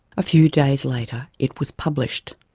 a few days later, it was published.